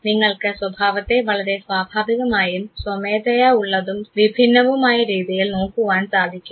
നിങ്ങൾക്ക് സ്വഭാവത്തെ വളരെ സ്വാഭാവികമായും സ്വമേധയാ ഉള്ളതും വിഭിന്നവുമായ രീതിയിൽ നോക്കുവാൻ സാധിക്കും